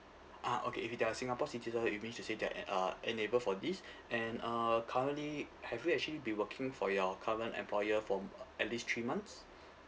ah okay if it they are singapore citizen it means to say they're at uh enable for this and uh currently have you actually been working for your current employer for m~ at least three months